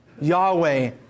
Yahweh